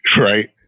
right